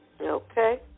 Okay